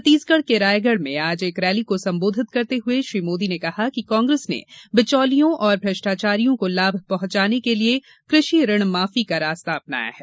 छत्तीसगढ़ के रायगढ़ में आज एक रैली को सम्बोधित करते हुए श्री मोदी ने कहा कि कांग्रेस ने बिचौलियों और भ्रष्टाचारियों को लाभ पहुंचाने के लिए कृषि ऋण माफी का रास्ता अपनाया है